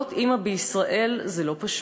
להיות אימא בישראל זה לא פשוט,